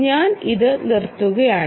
ഞാൻ ഇത് നിർത്തുകയാണ്